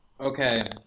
Okay